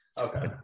Okay